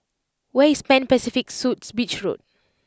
where is Pan Pacific Suites Beach Road